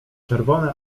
czerwone